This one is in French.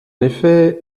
effet